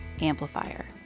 Amplifier